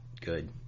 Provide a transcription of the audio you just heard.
good